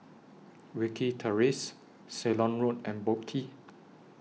Wilkie Terrace Ceylon Road and Boat Quay